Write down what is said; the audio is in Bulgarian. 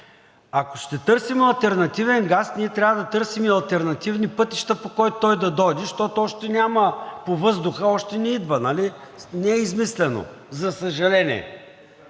Ако ще търсим алтернативен газ, ние трябва да търсим и алтернативни пътища, по които той да дойде, защото по въздуха още не идва, нали, не е измислено, за съжаление.